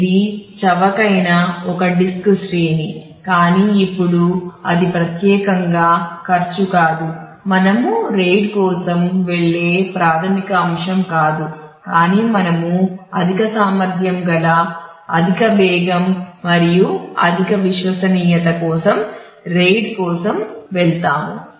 ఇది చవకైన ఒక డిస్క్ శ్రేణి కానీ ఇప్పుడు అది ప్రత్యేకంగా ఖర్చు కాదు మనము RAID కోసం వెళ్ళే ప్రాథమిక అంశం కాదు కాని మనము అధిక సామర్థ్యం గల అధిక వేగం మరియు అధిక విశ్వసనీయత కోసం RAID కోసం వెళ్తాము